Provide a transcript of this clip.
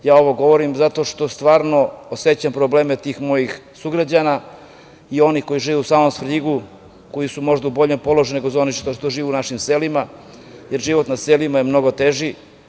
Ovo govorim, zato što stvarno osećam probleme tih mojih sugrađana, i onih koji žive u samom Svrljigu, koji su možda u boljem položaju od onih koji žive u našim selima, jer život na selu je mnogo teži.